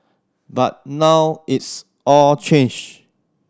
but now it's all changed